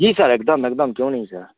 जी sir एकदम एकदम क्यों नहीं सर